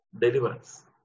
Deliverance